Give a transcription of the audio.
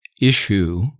issue